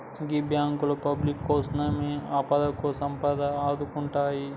గీ బాంకులు పబ్లిక్ కోసమున్నయ్, ఆపదకు సంపదకు ఆదుకుంటయ్